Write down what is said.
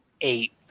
eight